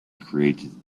created